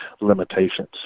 limitations